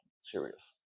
serious